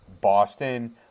Boston